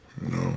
No